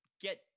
get